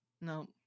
No